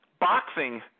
boxing